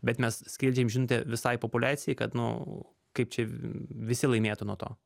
bet mes skleidžiam žinutę visai populiacijai kad nu kaip čia visi laimėtų nuo to